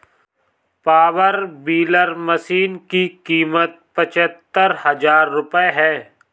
power weeder machine की कीमत पचहत्तर हजार रूपये है